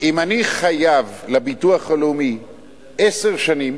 אם אני חייב לביטוח הלאומי עשר שנים